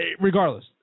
regardless